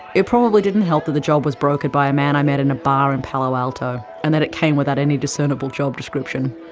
it probably didn't help that the job was brokered by a man i meet in a bar in palo alto, and that it came without any discernible job description.